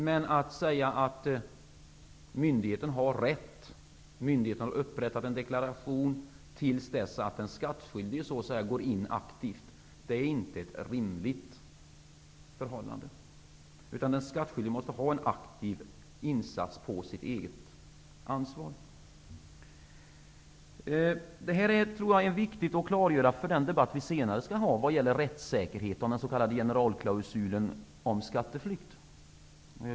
Men att säga att myndigheten har rätt -- och myndigheten har upprättat en deklaration -- till dess att den skattskyldige så att säga går in aktivt, är inte ett rimligt förhållande. Den skattskyldige måste göra en aktiv insats på eget ansvar. Detta är viktigt att klargöra inför den debatt vi senare skall föra om rättsäkerheten och den s.k. generalklausulen om skatteflykt.